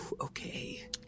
Okay